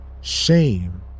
Shame